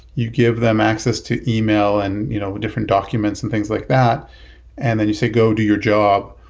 you give them access to email and you know different documents and things like that and then you say, go. do your job.